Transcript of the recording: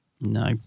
no